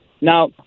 Now